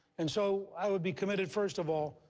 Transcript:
and so i would be committed, first of all,